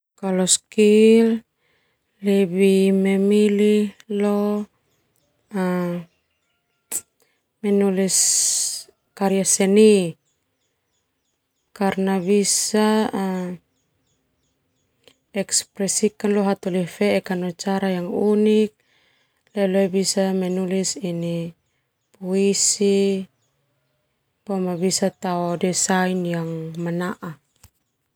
Kalau skill lebih memilih leo menulis karya seni karna bisa ekspresikan leo hataholi feek no cara yang unik leo bisa menulis puisi no bisa tao desain yang manaa.